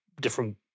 different